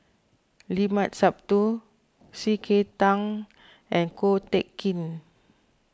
Limat Sabtu C K Tang and Ko Teck Kin